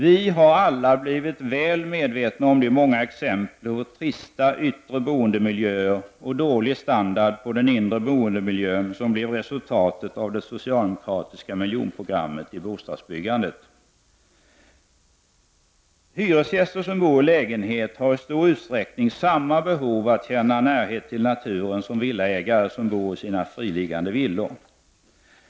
Vi har alla blivit väl medvetna om de många exempel på trista yttre boendemiljöer och dålig standard på den inre boendemiljön som blev resultatet av det socialdemokratiska miljonprogrammet i bostadsbyggandet. Hyresgäster som bor i lägenhet har i stor utsträckning samma behov av att känna närhet till naturen som villaägare som bor i sina friliggande villor.